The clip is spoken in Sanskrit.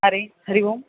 हरिः हरि ओम्